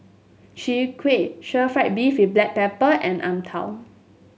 Chwee Kueh Stir Fried Beef with Black Pepper and ang tao